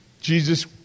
Jesus